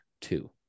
two